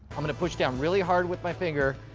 i'm going to push down really hard with my finger,